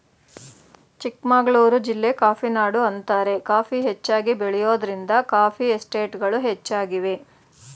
ಚಿಕ್ಕಮಗಳೂರು ಜಿಲ್ಲೆ ಕಾಫಿನಾಡು ಅಂತಾರೆ ಕಾಫಿ ಹೆಚ್ಚಾಗಿ ಬೆಳೆಯೋದ್ರಿಂದ ಕಾಫಿ ಎಸ್ಟೇಟ್ಗಳು ಹೆಚ್ಚಾಗಿವೆ